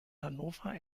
hannover